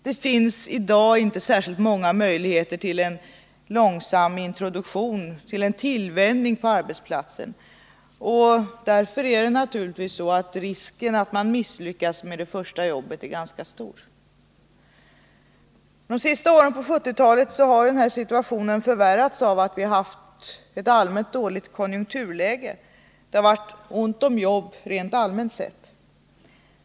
Det finns i dag inte särskilt många möjligheter till en långsam introduktion, till en tillvänjning på arbetsplatsen. Därför är naturligtvis risken för att man misslyckas med det första jobbet ganska stor. Under de sista åren på 1970-talet har denna situation förvärrats på grund av att vi har haft ett allmänt dåligt konjunkturläge. Det har varit ont om jobb rent allmänt sett.